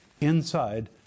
inside